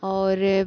और